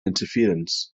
interference